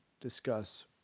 discuss